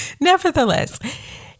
Nevertheless